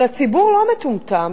אבל הציבור לא מטומטם.